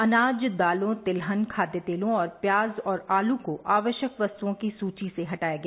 अनाज दालों तिलहन खाद्य तेलों और प्याज व आलू को आवश्यक वस्तुओं की सूची से हटाया गया